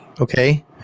okay